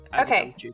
Okay